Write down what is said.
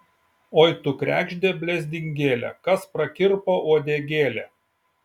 oi tu kregžde blezdingėle kas prakirpo uodegėlę